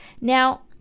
Now